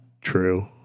true